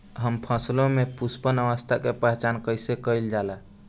हम फसलों में पुष्पन अवस्था की पहचान कईसे कईल जाला?